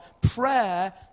prayer